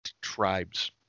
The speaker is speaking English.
tribes